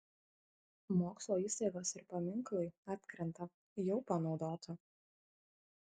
mokslo įstaigos ir paminklai atkrenta jau panaudota